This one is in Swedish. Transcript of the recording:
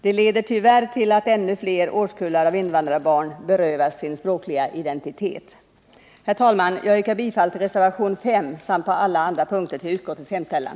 Det leder tyvärr till att ännu fler årskullar av invandrarbarn berövas sin språkliga identitet. Herr talman! Jag yrkar bifall till reservation 5 samt på alla andra punkter bifall till utskottets hemställan.